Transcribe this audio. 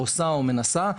עושה או מנסה,